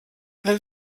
wenn